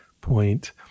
point